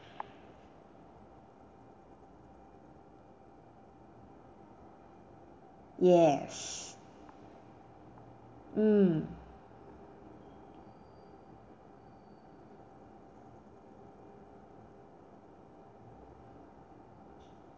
yes mm